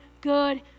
good